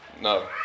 No